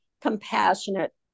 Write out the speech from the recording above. compassionate